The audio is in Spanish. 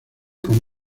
con